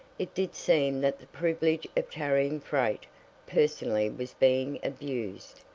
it did seem that the privilege of carrying freight personally was being abused,